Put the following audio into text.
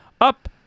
up